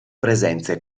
presenze